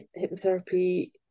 hypnotherapy